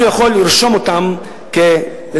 אז הוא יכול לרשום אותם כזוג.